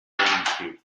firth